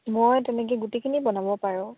মই তেনেকে গোটেইখিনি বনাব পাৰোঁ